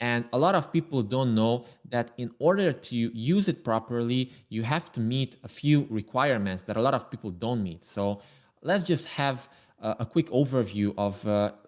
and a lot of people don't know that in order to use it properly, you have to meet a few requirements that a lot of people don't meet. so let's just have a quick overview of